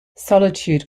solitude